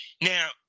now